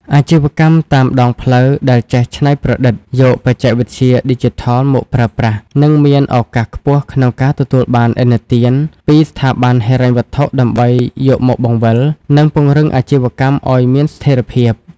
អាជីវកម្មតាមដងផ្លូវដែលចេះច្នៃប្រឌិតយកបច្ចេកវិទ្យាឌីជីថលមកប្រើប្រាស់ នឹងមានឱកាសខ្ពស់ក្នុងការទទួលបានឥណទានពីស្ថាប័នហិរញ្ញវត្ថុដើម្បីយកមកបង្វិល និងពង្រឹងអាជីវកម្មឱ្យមានស្ថិរភាព។